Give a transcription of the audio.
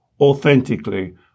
authentically